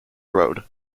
road